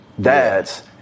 dads